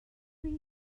rif